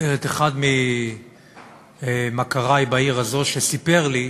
את אחד ממכרי בעיר הזאת, שסיפר לי